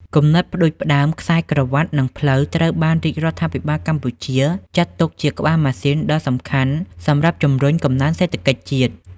គំនិតផ្ដួចផ្ដើមខ្សែក្រវាត់ និងផ្លូវ ត្រូវបានរាជរដ្ឋាភិបាលកម្ពុជាចាត់ទុកជាក្បាលម៉ាស៊ីនដ៏សំខាន់សម្រាប់ជំរុញកំណើនសេដ្ឋកិច្ចជាតិ។